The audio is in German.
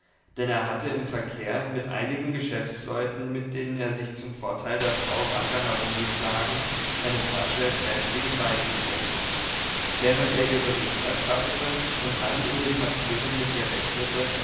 denn er hatte im verkehr mit einigen geschäftsleuten mit denen er sich zum vorteil der frau wacker herumgeschlagen eine flasche kräftigen wein getrunken während er ihr bericht erstattete und dann in den papieren mit ihr rechnete